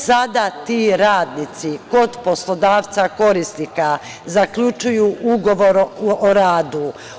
Sada ti radnici kod poslodavca korisnika zaključuju ugovor o radu.